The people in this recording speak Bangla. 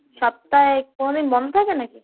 সপ্তাহে কোনো দিন বন্ধ থাকে না কি